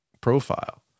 profile